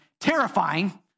terrifying